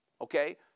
okay